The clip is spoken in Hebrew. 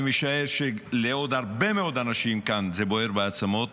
אני משער שלעוד הרבה מאוד אנשים כאן זה בוער בעצמות,